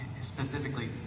specifically